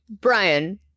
Brian